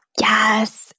Yes